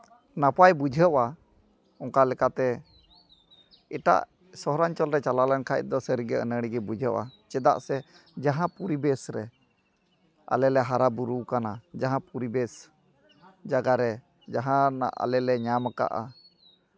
ᱱᱟᱯᱟᱭ ᱵᱩᱡᱷᱟᱹᱣᱟ ᱚᱱᱠᱟᱞᱮᱠᱟᱛᱮ ᱮᱴᱟᱜ ᱥᱚᱦᱚᱨᱟᱧᱪᱚᱞ ᱨᱮ ᱪᱟᱞᱟᱣ ᱞᱮᱱᱠᱷᱟᱡ ᱫᱚ ᱥᱟᱹᱨᱤᱜᱮ ᱟᱹᱱᱟᱹᱲᱤ ᱜᱮ ᱵᱩᱡᱷᱟᱹᱣᱟ ᱪᱮᱫᱟᱜ ᱥᱮ ᱡᱟᱦᱟᱸ ᱯᱚᱨᱤᱵᱮᱥ ᱨᱮ ᱟᱞᱮ ᱞᱮ ᱦᱟᱨᱟ ᱵᱩᱨᱩᱣᱟᱠᱟᱱᱟ ᱡᱟᱦᱟᱸ ᱯᱚᱨᱤᱵᱮᱥ ᱡᱟᱭᱜᱟ ᱨᱮ ᱡᱟᱦᱟᱱᱟᱜ ᱟᱞᱮ ᱞᱮ ᱧᱟᱢ ᱠᱟᱜᱼᱟ